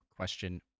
question